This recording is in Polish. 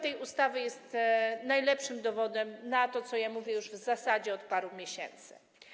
Ta ustawa jest najlepszym dowodem na to, co mówię już w zasadzie od paru miesięcy.